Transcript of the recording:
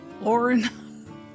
lauren